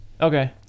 Okay